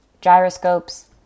gyroscopes